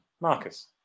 Marcus